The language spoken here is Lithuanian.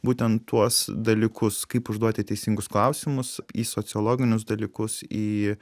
būtent tuos dalykus kaip užduoti teisingus klausimus į sociologinius dalykus į